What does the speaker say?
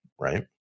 right